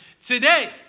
today